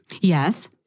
Yes